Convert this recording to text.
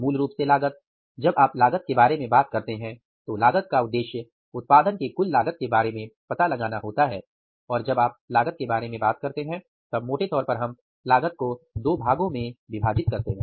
मूल रूप से लागत जब आप लागत के बारे में बात करते हैं तो लागत का उद्देश्य उत्पादन के कुल लागत के बारे में पता लगाना होता है और जब आप लागत के बारे में बात करते हैं तब मोटे तौर पर हम लागत को दो भागों में विभाजित करते हैं